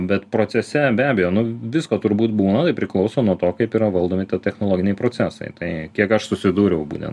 bet procese be abejo nu visko turbūt būna tai priklauso nuo to kaip yra valdomi technologiniai procesai tai kiek aš susidūriau būten